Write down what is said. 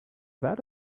that